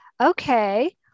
Okay